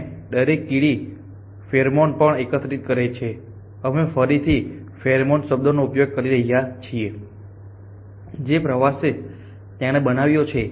અને દરેક કીડી ફેરોમોન પણ એકત્રિત કરે છે અમે ફરીથી ફેરોમોન શબ્દનો ઉપયોગ કરી રહ્યા છીએ જે પ્રવાસ તેણે બનાવ્યો છે